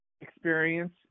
experience